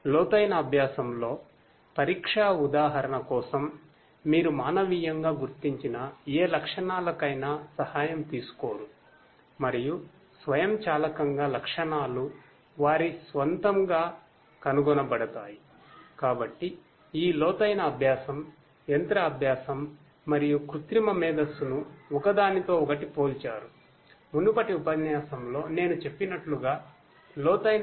లోతైన అభ్యాసంలో పరీక్షా ఉదాహరణ కోసం మీరు మానవీయంగా గుర్తించిన ఏ లక్షణాలకైనా సహాయం తీసుకోరు మరియు స్వయంచాలకంగా లక్షణాలు వారి స్వంతంగా కనుగొనబడతాయి